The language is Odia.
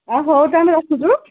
ଆଉ ହଉ ତା'ହେଲେ ରଖୁଛୁ